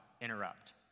interrupt